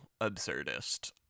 absurdist